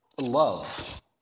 love